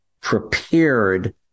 prepared